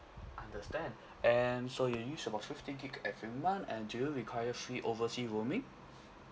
understand and so you use about fifty gig every month and do you require free oversea roaming